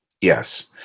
Yes